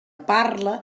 parla